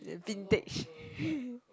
vintage